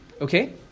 okay